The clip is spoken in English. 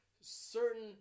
certain